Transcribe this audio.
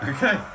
Okay